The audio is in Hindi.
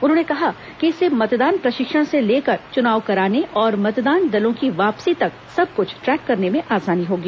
उन्होंने कहा कि इससे मतदान प्रशिक्षण से लेकर चुनाव कराने और मतदान दलों की वापसी तक सब कुछ ट्रैक करने में आसानी होगी